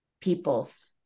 people's